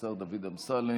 השר דוד אמסלם,